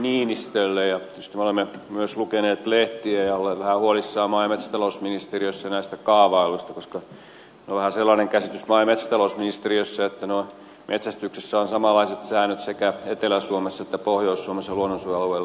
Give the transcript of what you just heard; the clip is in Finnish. tietysti me olemme myös lukeneet lehtiä ja olleet vähän huolissamme maa ja metsätalousministeriössä näistä kaavailuista koska meillä on vähän sellainen käsitys maa ja metsätalousministeriössä että metsästyksessä on samanlaiset säännöt sekä etelä suomessa että pohjois suomessa luonnonsuojelualueilla